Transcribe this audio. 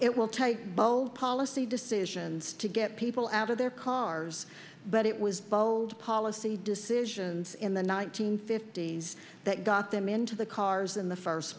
it will take bold policy decisions to get people out of their cars but it was bold policy decisions in the nineteen fifties that got them into the cars in the first